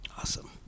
Awesome